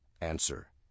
Answer